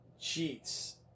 cheats